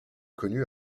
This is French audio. connu